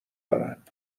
دارن